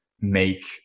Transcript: make